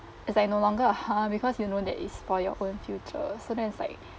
it's like no longer a ha because you know that it's for your own future so then it's like